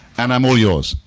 and i'm all yours.